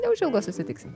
neužilgo susitiksim